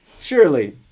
Surely